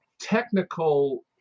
technical